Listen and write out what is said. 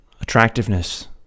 attractiveness